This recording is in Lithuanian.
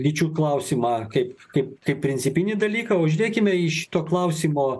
lyčių klausimą kaip kaip kaip principinį dalyką o žiūrėkime į šito klausimo